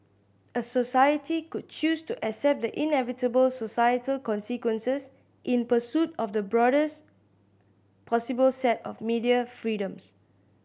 a society could choose to accept the inevitable societal consequences in pursuit of the broadest possible set of media freedoms